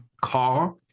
car